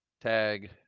Tag